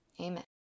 Amen